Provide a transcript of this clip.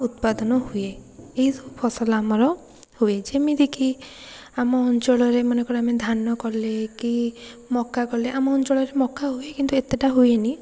ଉତ୍ପାଦନ ହୁଏ ଏହିସବୁ ଫସଲ ଆମର ହୁଏ ଯେମିତିକି ଆମ ଅଞ୍ଚଳରେ ମନେକର ଆମେ ଧାନ କଲେ କି ମକା କଲେ ଆମ ଅଞ୍ଚଳରେ ମକା ହୁଏ କିନ୍ତୁ ଏତେଟା ହୁଏନି